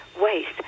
waste